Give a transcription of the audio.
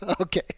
Okay